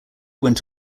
went